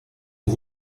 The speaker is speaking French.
ont